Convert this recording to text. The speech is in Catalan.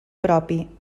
propi